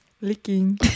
licking